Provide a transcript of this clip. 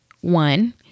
One